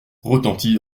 retentit